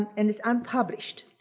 and is unpublished.